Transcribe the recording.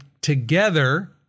together